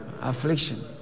affliction